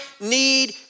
need